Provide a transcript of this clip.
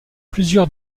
plusieurs